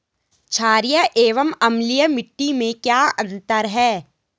छारीय एवं अम्लीय मिट्टी में क्या अंतर है?